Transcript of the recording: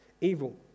evil